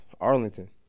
Arlington